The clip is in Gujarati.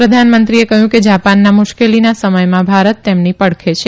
પ્રધાનમંત્રીએ કહ્યું કે જાપાનના મુશ્કેલીના સમયમાં ભારત તેમની પડખે છે